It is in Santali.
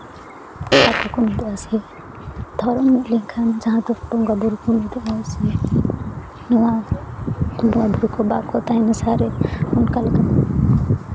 ᱦᱚᱲ ᱠᱚᱠᱚ ᱢᱤᱫᱚᱜᱼᱟ ᱥᱮ ᱫᱷᱚᱨᱚᱢ ᱢᱤᱫ ᱞᱮᱱᱠᱷᱟᱱ ᱡᱟᱦᱟᱸ ᱫᱚ ᱵᱚᱸᱜᱟᱼᱵᱳᱨᱳ ᱢᱤᱫᱚᱜᱼᱟ ᱥᱮ ᱱᱚᱣᱟ ᱯᱚᱱᱚᱛ ᱨᱮ ᱵᱟᱠᱚ ᱛᱟᱦᱮᱱᱟ ᱢᱮᱥᱟᱨᱮ ᱚᱱᱠᱟ ᱞᱮᱠᱟᱛᱮ